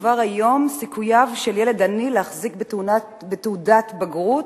כבר היום סיכוייו של ילד עני להחזיק בתעודת בגרות